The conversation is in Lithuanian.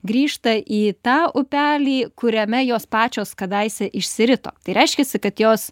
grįžta į tą upelį kuriame jos pačios kadaise išsirito reiškiasi kad jos